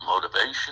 motivation